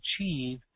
achieve